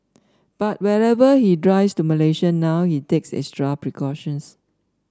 but whenever he drives to Malaysia now he takes extra precautions